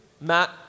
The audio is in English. Matt